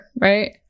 right